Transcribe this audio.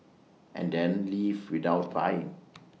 and then leave without buying